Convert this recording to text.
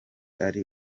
ari